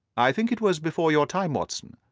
i think it was before your time, watson.